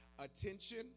Attention